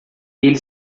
ele